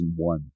2001